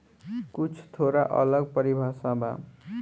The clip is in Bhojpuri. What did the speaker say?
कुछ थोड़ा अलग परिभाषा बा